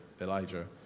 Elijah